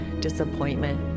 disappointment